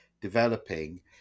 developing